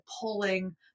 pulling